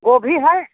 गोभी है